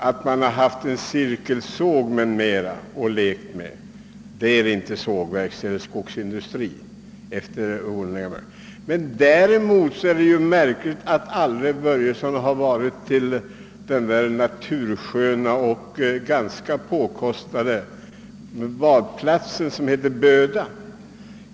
Att man lekt med en cirkelsåg och en del annat innebär inte att man haft en skogsindustri. Däremot är det märkligt att herr Börjesson aldrig varit vid den natursköna och ganska påkostade badplatsen Böda.